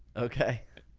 okay.